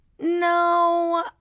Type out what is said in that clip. no